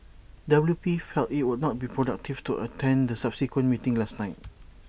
W P felt IT would not be productive to attend the subsequent meeting last night